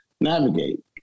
navigate